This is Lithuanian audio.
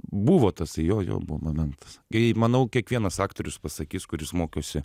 buvo tasai jo jo buvo momentas kai manau kiekvienas aktorius pasakys kuris mokėsi